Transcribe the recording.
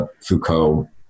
Foucault